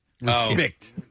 Respect